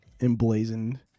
Emblazoned